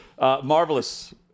marvelous